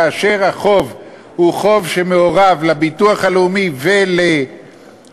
כאשר החוב הוא חוב שמעורב לביטוח הלאומי ולאישה,